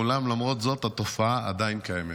אולם למרות זאת התופעה עדיין קיימת.